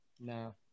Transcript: No